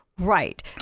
Right